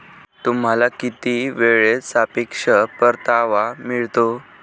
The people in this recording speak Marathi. तुम्हाला किती वेळेत सापेक्ष परतावा मिळतो?